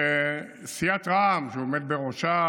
שסיעת רע"מ, שהוא עומד בראשה,